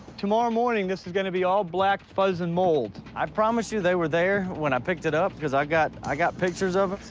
tomorrow morning, this is gonna be all black fuzz and mold. i promise you they were there when i picked it up, cause i got i got pictures of them, so.